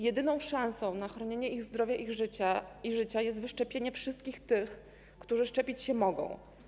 Jedyną szansą na chronienie ich zdrowia i życia jest wyszczepienie wszystkich tych, którzy szczepić się mogą.